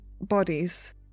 bodies